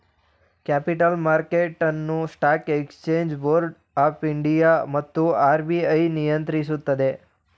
capital market ಅನ್ನು stock exchange board of India ಮತ್ತು RBI ನಿಯಂತ್ರಿಸುತ್ತದೆ